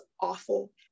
awful